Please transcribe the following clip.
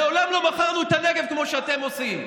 מעולם לא מכרנו את הנגב כמו שאתם עושים.